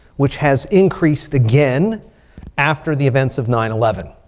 which has increased again after the events of nine eleven.